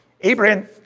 Abraham